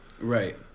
Right